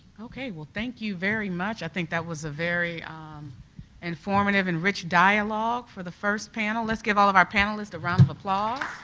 okay. thank you very much. i think that was a very informative and rich dialogue for the first panel. let's give all of our panelists a round of applause.